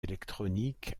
électroniques